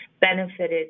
benefited